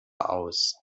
aus